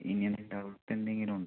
ഇനി എന്ത് ഡൗട്ട് എന്തെങ്കിലും ഉണ്ടോ